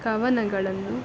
ಕವನಗಳನ್ನು